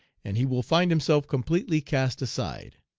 and he will find himself completely cast aside.